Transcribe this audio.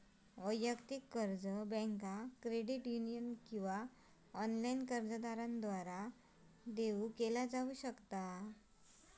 वैयक्तिक कर्ज बँका, क्रेडिट युनियन किंवा ऑनलाइन कर्जदारांद्वारा देऊ केला जाऊ शकता